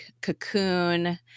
cocoon